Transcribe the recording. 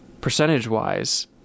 percentage-wise